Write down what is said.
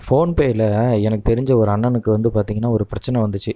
ஃபோன்பேவில் எனக்கு தெரிஞ்ச ஒரு அண்ணனுக்கு வந்து பார்த்திங்கனா ஒரு பிரச்சனை வந்துச்சு